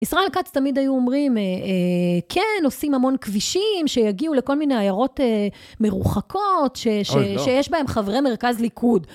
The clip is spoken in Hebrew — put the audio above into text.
ישראל כ"ץ תמיד היו אומרים: "כן, עושים המון כבישים, שיגיעו לכל מיני עיירות מרוחקות, שיש בהם חברי מרכז ליכוד."